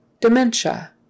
Dementia